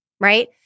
right